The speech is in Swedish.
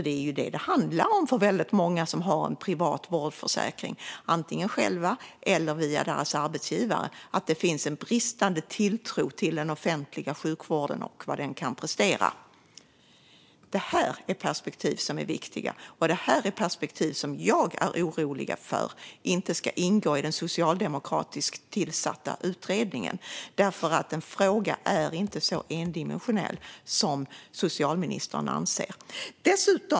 Det är detta det handlar om för väldigt många som har en privat vårdförsäkring, antingen själva eller via sin arbetsgivare, alltså att det finns en bristande tilltro till den offentliga sjukvården och vad den kan prestera. Detta är perspektiv som är viktiga, och detta är perspektiv som jag är orolig för inte ska ingå i den socialdemokratiskt tillsatta utredningen. Frågan är nämligen inte så endimensionell som socialministern anser.